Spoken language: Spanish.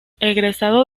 egresado